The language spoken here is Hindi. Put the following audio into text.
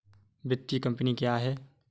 वित्तीय कम्पनी क्या है?